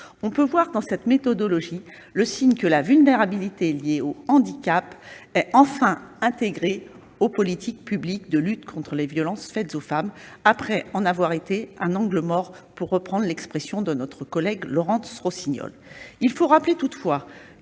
On peut lire dans cette méthodologie le signe que la vulnérabilité liée au handicap est enfin intégrée aux politiques publiques de lutte contre les violences faites aux femmes après en avoir été un « angle mort », pour reprendre l'expression de notre collègue Laurence Rossignol. Je rappelle toutefois